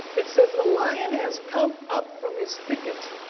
it says the lion has come up from his thicket,